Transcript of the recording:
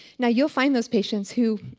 now, you'll find those patients who